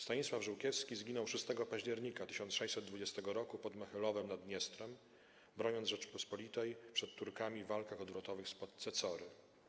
Stanisław Żółkiewski zginął 6 października 1620 roku pod Mohylowem nad Dniestrem, broniąc Rzeczypospolitej przed Turkami w walkach odwrotowych spod Cecory.